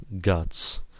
Guts